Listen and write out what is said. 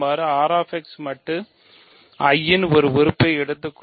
R x மட்டு I இன் ஒரு உறுப்பை எடுத்துக் கொள்ளுங்கள்